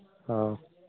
ᱦᱚᱸ